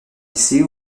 lycée